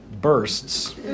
Bursts